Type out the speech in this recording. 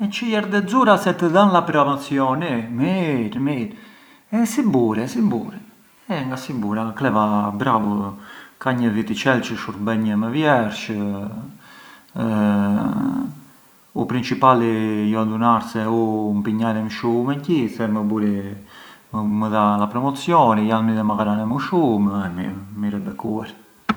Çë jerdh e xura, se të dhanë a promozioni? Mirë, mirë, e si bure, si bure? Eh nga si bura, kleva bravu, ka një vitiçel çë shurbenj belu me vjersh, u principali ju adunar se u mpinjarem më shumë e gjithë e më buri a promozioni, jan midhema ghrane më shumë e mirë, mirë e bekuar.